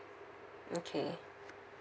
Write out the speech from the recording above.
okay